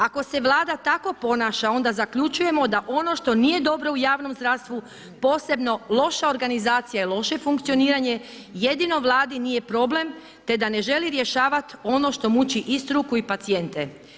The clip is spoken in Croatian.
Ako se Vlada tako ponaša onda zaključujemo da ono što nije dobro u javnom zdravstvu, posebno loša organizacija i loše funkcioniranje jedino Vladi nije problem te da ne želi rješavati ono što muči i struku i pacijente.